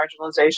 marginalization